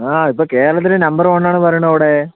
ആ ഇപ്പോൾ കേരളത്തിലെ നമ്പർ വൺ ആണെന്ന് പറയുണു അവിടെ